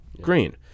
green